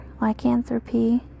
lycanthropy